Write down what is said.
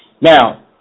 Now